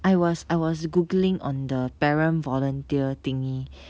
I was I was googling on the parent volunteer thingy